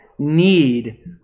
need